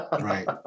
Right